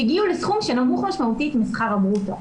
יגיעו לסכום שנמוך משמעותית משכר הברוטו,